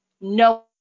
No